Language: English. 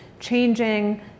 changing